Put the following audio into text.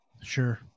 Sure